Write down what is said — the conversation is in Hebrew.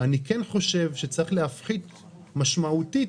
אני כן חושב שצריך להפחית משמעותית